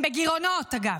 הם בגירעונות.